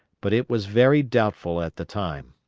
but it was very doubtful at the time,